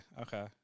Okay